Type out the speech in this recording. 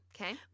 Okay